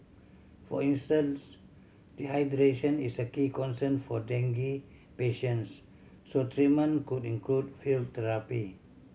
for instance dehydration is a key concern for dengue patients so treatment could include fluid therapy